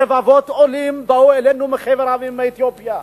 רבבות עולים באו אלינו מחבר המדינות, מאתיופיה.